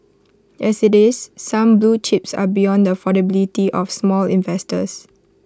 as IT is some blue chips are beyond the affordability of small investors